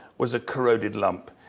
was a corroded lump.